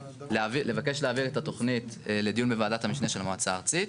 לבקש להעביר את התוכנית לדיון בוועדת המשנה של המועצה הארצית.